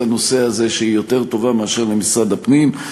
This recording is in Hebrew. לנושא הזה שהיא יותר טובה מאשר למשרד הפנים,